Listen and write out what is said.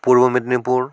Purba Medinipur